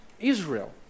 Israel